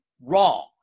wrong